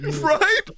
right